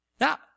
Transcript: Now